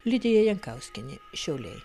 lidija jankauskienė šiauliai